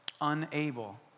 unable